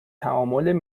تعامل